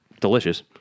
delicious